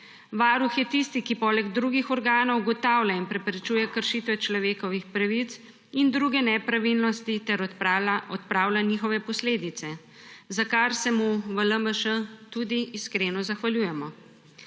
Varuh je tisti, ki poleg drugih organov ugotavlja in preprečuje kršitve človekovih pravic in druge nepravilnosti ter odpravlja njihove posledice, za kar se mu v LMŠ tudi iskreno zahvaljujemo.